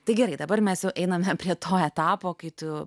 tai gerai dabar mes einame prie to etapo kai tu